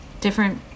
different